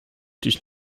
durch